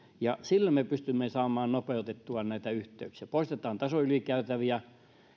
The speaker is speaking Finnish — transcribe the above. ja sillä me pystymme saamaan nopeutettua näitä yhteyksiä poistetaan tasoylikäytäviä